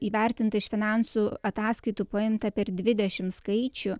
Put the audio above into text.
įvertinta iš finansų ataskaitų paimta per dvidešims skaičių